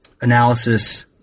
analysis